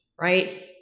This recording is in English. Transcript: right